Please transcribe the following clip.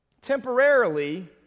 temporarily